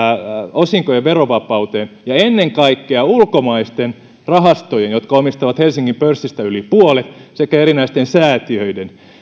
osinkojen verovapauteen ja ennen kaikkea ulkomaisten rahastojen jotka omistavat helsingin pörssistä yli puolet sekä erinäisten säätiöiden